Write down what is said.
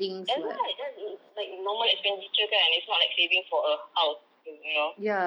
that's why just like normal expenditure kan it's not like saving for a house gitu you know